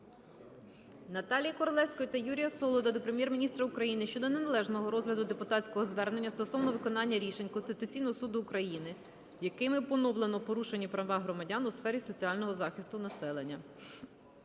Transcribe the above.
Наталії Королевської та Юрія Солода до Прем'єр-міністра України щодо неналежного розгляду депутатського звернення стосовно виконання рішень Конституційного Суду України, якими поновлено порушені права громадян у сфері соціального захисту населення.